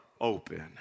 open